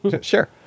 Sure